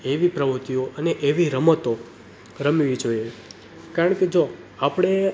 એવી પ્રવૃત્તિઓ અને એવી રમતો રમવી જોઈએ કારણ કે જો આપણે